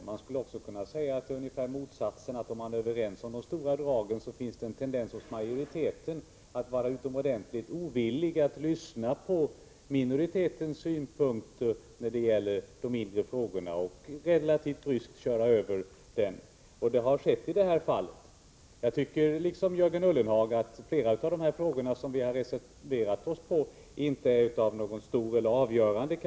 Man skulle också kunna säga motsatsen, nämligen att om man är överens om de stora dragen finns det en tendens hos majoriteten att vara utomordentligt ovillig att lyssna på minoritetens synpunkter i de mindre frågorna och relativt bryskt köra över dem. Det är vad som har skett i detta fall. I likhet med Jörgen Ullenhag tycker jag att flera av de frågor där vi har reserverat oss inte är av stor eller avgörande vikt.